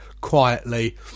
quietly